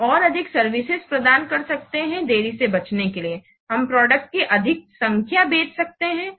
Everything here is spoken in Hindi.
हम और अधिक सर्विसेज प्रदान कर सकते हैं देरी से बचने के लिए है हम प्रोडक्ट की अधिक संख्या बेच सकते हैं